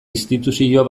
instituzio